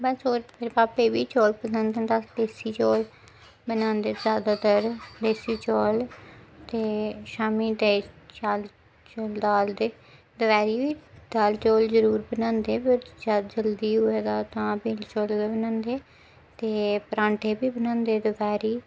बस होर मेरे पापे बी चौल पसंद न ते अस देसी चौल बनांदे ज्यादातर देसी चौल ते शाम्मी देहीं चौल दाल ते दपैह्री बी दाल चौल जरूर बनांदे पर जल्दी होए तां पीले चोल बनांदे ते परांठे बी बनांदे दपैहरी